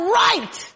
right